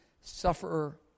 sufferer